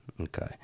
Okay